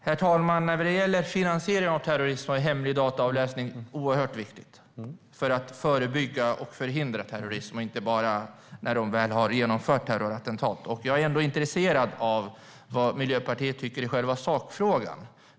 Herr talman! Hemlig dataavläsning är oerhört viktigt när det gäller att förebygga och förhindra finansiering av terrorism och inte bara när terrorattentat väl har genomförts. Jag är intresserad av vad Miljöpartiet tycker i själva sakfrågan.